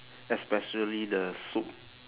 especially the soup